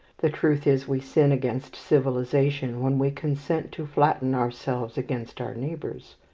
the truth is we sin against civilization when we consent to flatten ourselves against our neighbours.